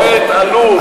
זה באמת עלוב.